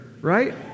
right